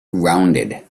rounded